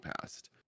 past